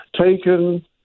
taken